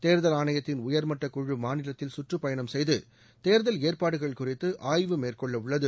தேர்தல் ஆணையத்தின் உயர் மட்ட குழு மாநிலத்தில் சுற்றுப்பயணம் செய்து தேர்தல் ஏற்பாடுகள் குறித்து ஆய்வு மேற்கொள்ளவுள்ளது